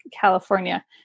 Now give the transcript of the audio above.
California